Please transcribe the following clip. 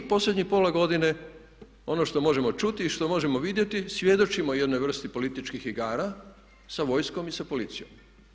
A mi ih posljednjih pola godine ono što možemo čuti i što možemo vidjeti svjedočimo jednoj vrsti političkih igara sa vojskom i sa policijom.